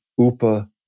Upa